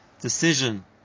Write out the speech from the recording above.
decision